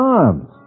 arms